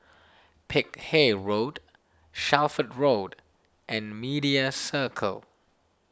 Peck Hay Road Shelford Road and Media Circle